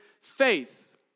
faith